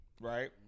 Right